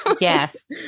Yes